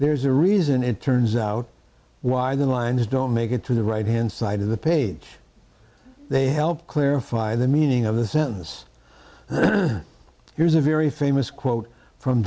there's a reason it turns out why the lines don't make it to the right hand side of the page they help clarify the meaning of the sentence here's a very famous quote from